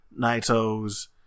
Naito's